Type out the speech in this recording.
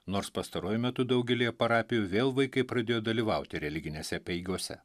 nors pastaruoju metu daugelyje parapijų vėl vaikai pradėjo dalyvauti religinėse apeigose